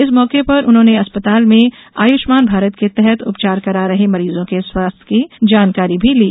इस मौके पर उन्होंने अस्पताल में आयुष्मान भारत के तहत उपचार करा रहे मरीजों के स्वास्थ की जानकारी भी ली